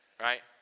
right